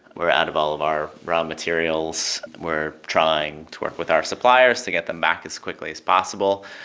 we're out of all of our raw materials. we're trying to work with our suppliers to get them back as quickly as possible.